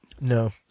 No